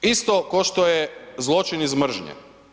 Isto ko što je zločin iz mržnje.